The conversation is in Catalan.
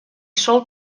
sol